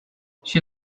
she